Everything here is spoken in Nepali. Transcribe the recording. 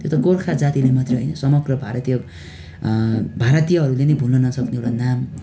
त्यो त गोर्खा जातिले मात्रै होइन समग्र भारतीय भारतीयहरूले नै भुल्न नसक्ने एउटा नाम